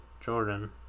Jordan